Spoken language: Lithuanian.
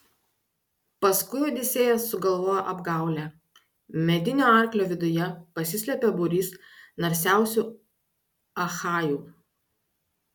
paskui odisėjas sugalvojo apgaulę medinio arklio viduje pasislėpė būrys narsiausių achajų